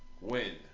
win